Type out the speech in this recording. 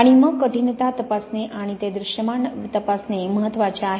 आणि मग कठिणता तपासणे आणि ते दृश्यमानपणे तपासणे महत्वाचे आहे